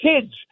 kids